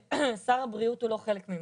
ששר הבריאות הוא לא חלק ממנה.